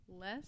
Less